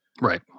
Right